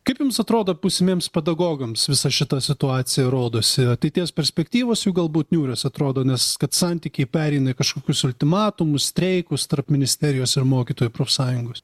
kaip jums atrodo būsimiems pedagogams visa šita situacija rodosi ateities perspektyvos jų galbūt niūrios atrodo nes kad santykiai pereina į kažkokius ultimatumus streikus tarp ministerijos ir mokytojų profsąjungos